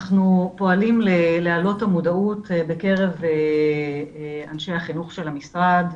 אנחנו פועלים להעלות את המודעות בקרב אנשי החינוך של המשרד,